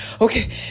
Okay